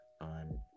on